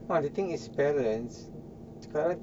no the thing is parents kalau